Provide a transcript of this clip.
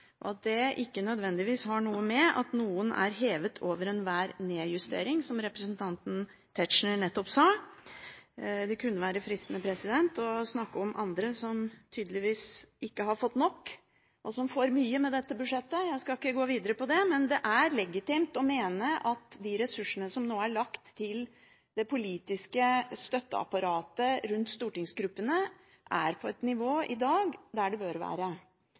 og at det ikke nødvendigvis har noe å gjøre med at noen er «hevet over enhver nedjustering», som representanten Tetzschner nettopp sa. Det kunne vært fristende å snakke om andre som tydeligvis ikke har fått nok, og som får mye i dette budsjettet. Jeg skal ikke gå videre med det. Det er legitimt å mene at de ressursene som nå er lagt til det politiske støtteapparatet rundt stortingsgruppene, er på det nivået i dag som det bør være.